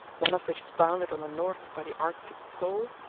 one of which is bounded on the north by the arctic pole,